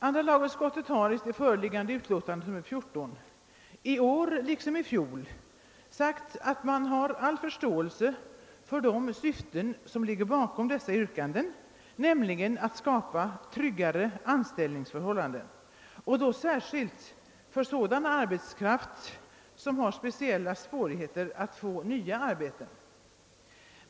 Andra lagutskottet har i föreliggande utlåtande nr 14, liksom i fjol, sagt att utskottet har all förståelse för de syften som ligger bakom dessa yrkanden, nämligen att skapa tryggare anställningsförhållanden och då särskilt för sådan arbetskraft som har speciella svårigheter att få nya arbeten.